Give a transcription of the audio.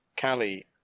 Callie